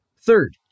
Third